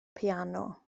piano